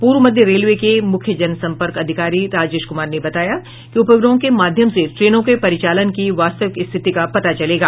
पूर्व मध्य रेलवे के मुख्य जनसम्पर्क अधिकारी राजेश कुमार ने बताया कि उपग्रहों के माध्यम से ट्रेनों के परिचालन की वास्तविक स्थिति का पता चलेगा